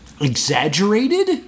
Exaggerated